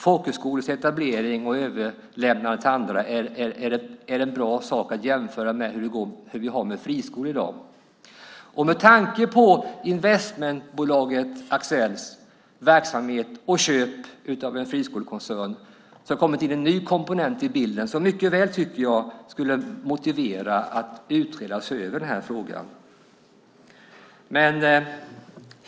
Folkhögskolors etablering och överlämnande till andra är en bra sak att jämföra med när det gäller friskolorna. Med tanke på investmentbolaget Axcels verksamhet och köp av en friskolekoncern har det kommit in en ny komponent i bilden som jag tycker mycket väl skulle motivera att utredaren såg över denna fråga.